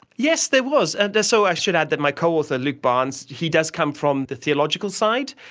yes, there was. and so i should add that my co-author, luke barnes, he does come from the theological side.